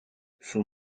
son